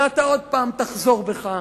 ואתה עוד פעם תחזור בך.